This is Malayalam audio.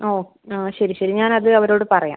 ആ ഓ ശരി ശരി ഞാനത് അവരോട് പറയാം